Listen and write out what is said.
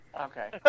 Okay